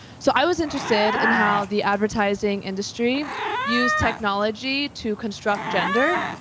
so i was interested in how the advertising industry use technology to construct gender,